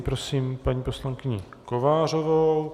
Nyní prosím paní poslankyni Kovářovou.